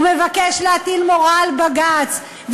הוא מבקש להטיל מורא על בג"ץ.